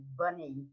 bunny